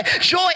joy